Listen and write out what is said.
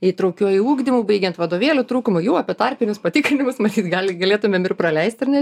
įtraukiuoju ugdymu baigiant vadovėlių trūkumu jau apie tarpinius patikrinimus matyt gal galėtumėm ir praleisti ar ne